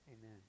amen